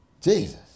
Jesus